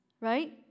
right